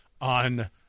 on